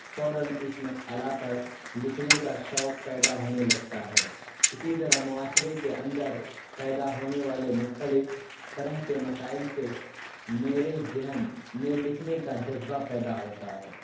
فوراً اس مسئلہ پر لکھنے کا شوق پیدا ہونے لگتا ہے اسی طرح معاشرے کے اندر پیدا ہونے والے مختلف طرح کے مسائل سے میرے ذہن میں لکھنے کا جذبہ پیدا ہوتا ہے